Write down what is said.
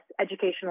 educational